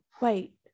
wait